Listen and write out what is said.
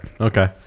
okay